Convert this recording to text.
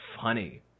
funny